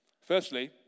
Firstly